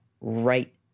right